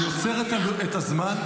אני עוצר את הזמן,